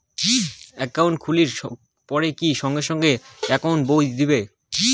Account খুলির পর কি সঙ্গে সঙ্গে একাউন্ট বই দিবে?